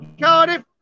Cardiff